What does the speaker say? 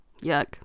Yuck